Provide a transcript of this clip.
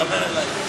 דבר אלי.